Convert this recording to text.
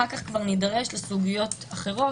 אחר כך כבר נידרש לסוגיות אחרות,